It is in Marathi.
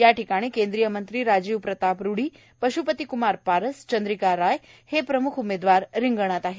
या ठिकाणी केंद्रीय मंत्री राजीव प्रताप रूढी पश्पतीक्मार पारस चंद्रीका रॉय हे प्रमुख उमेदवार रिंगणात आहेत